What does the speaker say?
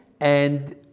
And-